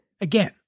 Again